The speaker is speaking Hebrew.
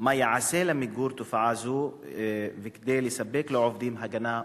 2. מה ייעשה למיגור תופעה זו וכדי לספק לעובדים הגנה וביטחון?